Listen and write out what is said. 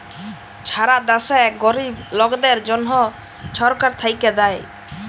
ছারা দ্যাশে গরিব লকদের জ্যনহ ছরকার থ্যাইকে দ্যায়